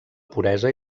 puresa